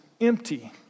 empty